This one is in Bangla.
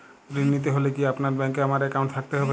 ঋণ নিতে হলে কি আপনার ব্যাংক এ আমার অ্যাকাউন্ট থাকতে হবে?